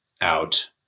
out